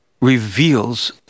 reveals